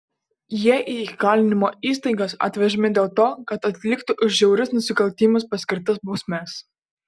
jie į įkalinimo įstaigas atvežami dėl to kad atliktų už žiaurius nusikaltimus paskirtas bausmes